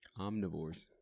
omnivores